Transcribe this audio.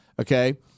okay